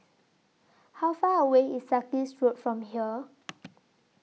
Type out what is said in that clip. How Far away IS Sarkies Road from here